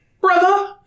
brother